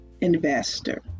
investor